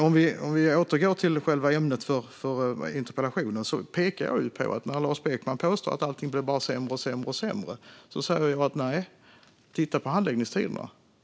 För att återgå till själva ämnet för interpellationen säger jag när Lars Beckman påstår att allt bara blir sämre och sämre: Nej, titta på handläggningstiderna.